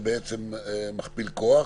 זה מכפיל כוח,